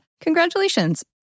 congratulations